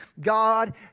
God